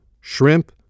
shrimp